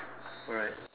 alright